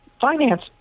finance